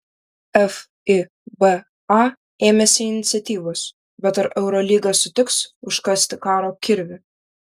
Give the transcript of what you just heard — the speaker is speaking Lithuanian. fiba ėmėsi iniciatyvos bet ar eurolyga sutiks užkasti karo kirvį